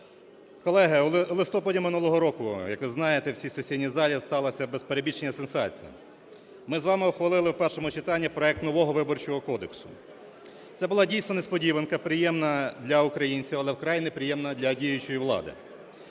Колеги, в листопаді минулого року, як ви знаєте, в цій сесійній залі сталася, без перебільшення, сенсація. Ми з вами ухвалили в першому читанні проект нового Виборчого кодексу. Це була дійсно несподіванка, приємна для українців, але вкрай неприємна для діючої влади.